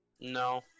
No